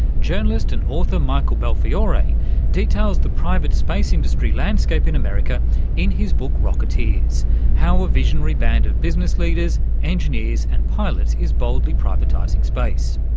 journalist and author michael belfiore details the private space industry landscape in america in his book rocketeers how a visionary band of business leaders, engineers and pilots is boldly privatising space.